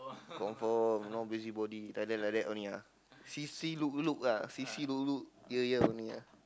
confirm no busybody like that like that only lah see see look look ah see see look look hear hear only ah